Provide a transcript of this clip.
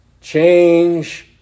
change